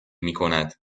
میکند